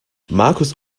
markus